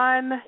One